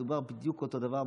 מדובר בדיוק באותו דבר,